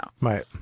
Right